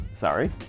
sorry